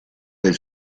del